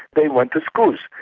they went to schools.